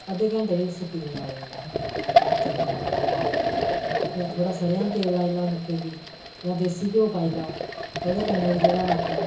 अद्धे घैंटे च सुक्की जंदा आदमी दा नक्क चलना बंद होई जंदा फिर थोह्ड़ा सरेआं दा तेल पाई लैओ नक्के गी जां देसी घ्यो पाई लैओ ते ओह्दे कन्नै बी जेहड़ा नक्क